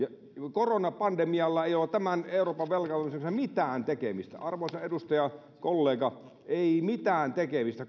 koronapandemialla ei ole tämän euroopan velkaantumisen kanssa mitään tekemistä arvoisa edustajakollega ei mitään tekemistä